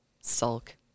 sulk